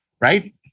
right